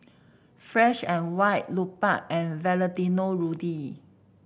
Fresh And White Lupark and Valentino Rudy